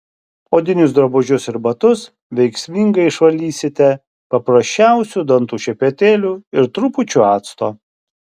odinius drabužius ir batus veiksmingai išvalysite paprasčiausiu dantų šepetėliu ir trupučiu acto